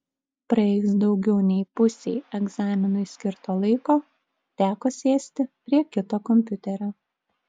praėjus daugiau nei pusei egzaminui skirto laiko teko sėsti prie kito kompiuterio